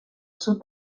sud